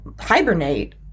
hibernate